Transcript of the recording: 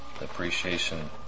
appreciation